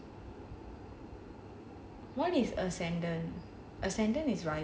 what is ascendant ascendant is rising right